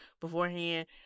beforehand